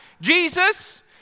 Jesus